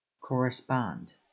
Correspond